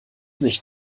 nicht